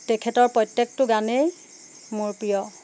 তেখেতৰ প্ৰত্যেকটো গানেই মোৰ প্ৰিয়